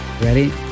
Ready